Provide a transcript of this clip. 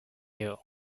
you